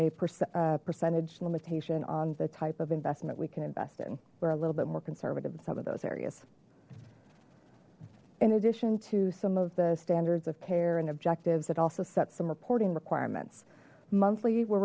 a percentage limitation on the type of investment we can invest in we're a little bit more conservative in some of those areas in addition to some of the standards of care and objectives that also sets some reporting requirements monthly we're